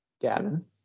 Gavin